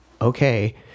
Okay